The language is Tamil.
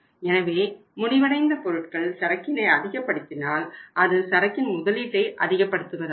எனவே முடிவடைந்த பொருட்கள் சரக்கினை அதிகப்படுத்தினால் அது சரக்கின் முதலீட்டை அதிகப்படுத்துவதாகும்